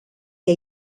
què